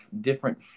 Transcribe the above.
different